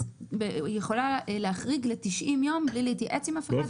היא יכולה להחריג ל-90 יום בלי להתייעץ עם אף אחד,